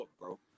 bro